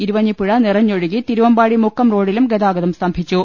ഇരുവഞ്ഞിപ്പുഴ നിറഞ്ഞൊഴുകി തിരുവമ്പാടി മുക്കം റോഡിലും ഗതാഗതം സ്തംഭിച്ചു